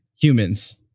humans